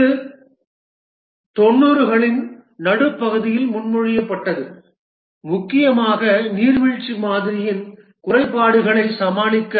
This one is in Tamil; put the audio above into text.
இது 90 களின் நடுப்பகுதியில் முன்மொழியப்பட்டது முக்கியமாக நீர்வீழ்ச்சி மாதிரியின் குறைபாடுகளை சமாளிக்க